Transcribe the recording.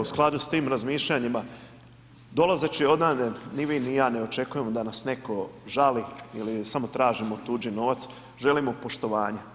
Evo, u skladu s tim razmišljanjima, dolazeći odande ni vi ni ja ne očekujemo da nas netko žali ili samo tražimo tuđi novac, želimo poštovanje.